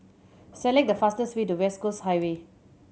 select the fastest way to West Coast Highway